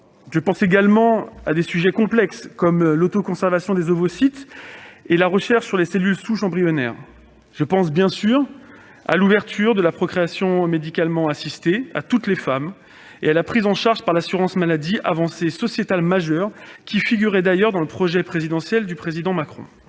Je pense également à des sujets complexes, comme l'autoconservation des ovocytes ou la recherche sur les cellules souches embryonnaires. Je pense bien sûr à l'ouverture de la procréation médicalement assistée à toutes les femmes et à sa prise en charge par l'assurance maladie, avancée sociétale majeure qui figurait dans le projet présidentiel d'Emmanuel Macron.